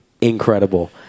incredible